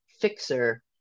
fixer